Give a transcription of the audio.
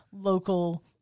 local